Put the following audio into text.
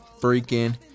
freaking